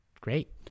great